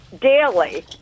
Daily